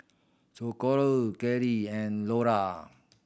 Socorro Clydie and Lora